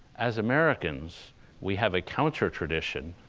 as americans we have a counter-tradition,